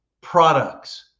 products